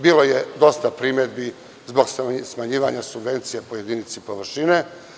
Bilo je dosta primedbi zbog smanjivanja subvencija po jedinici površine.